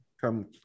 come